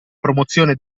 promozione